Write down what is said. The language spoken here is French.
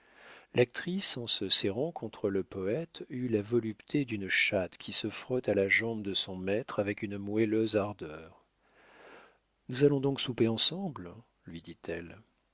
l'actrice en se serrant contre le poète eut la volupté d'une chatte qui se frotte à la jambe de son maître avec une moelleuse ardeur nous allons donc souper ensemble lui dit-elle